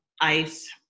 ice